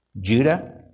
Judah